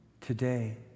today